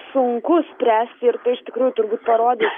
sunku spręsti ir tai iš tikrųjų turbūt parodys